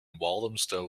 walthamstow